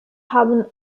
haben